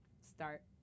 start